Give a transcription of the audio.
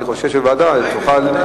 אני חושב שוועדה תוכל,